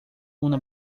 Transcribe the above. una